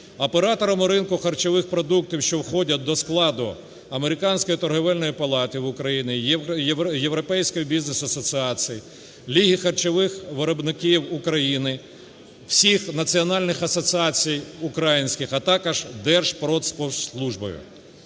операторами ринку харчових продуктів, що входять до складу Американської торгівельної палати в України, Європейської Бізнес Асоціації, "Ліги харчових виробників України", всіх національних асоціацій українських, а також Держпродспоживслужбою.